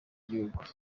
bw’igihugu